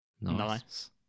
Nice